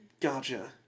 Gotcha